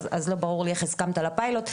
אז לא ברור לי איך הסכמת לפיילוט.